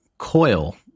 coil